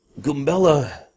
Gumbella